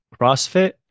crossfit